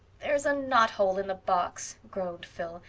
here's a knot hole in the box, groaned phil.